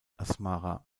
asmara